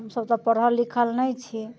हम सभ तऽ पढ़ल लिखल नहि छी